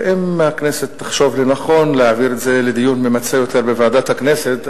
ואם הכנסת תחשוב לנכון להעביר את זה לדיון ממצה יותר בוועדת הכנסת,